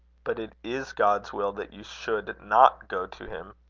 but it is god's will that you should not go to him.